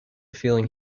feeling